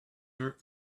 her